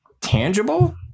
tangible